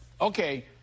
Okay